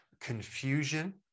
confusion